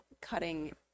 cutting